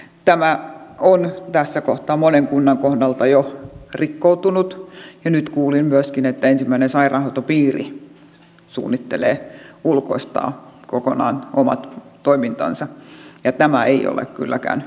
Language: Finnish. tämä on tässä kohtaa monen kunnan kohdalta jo rikkoutunut ja nyt kuulin myöskin että ensimmäinen sairaanhoitopiiri suunnittelee ulkoistavansa kokonaan omat toimintansa ja tämä ei ole kylläkään hyvä linja